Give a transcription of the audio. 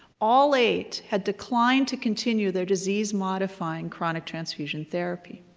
all eight had declined to continue their disease-modifying chronic transfusion therapy.